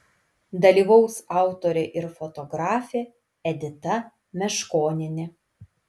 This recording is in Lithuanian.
dalyvaus autorė ir fotografė edita meškonienė